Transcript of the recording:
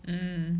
um